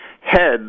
head